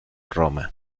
roma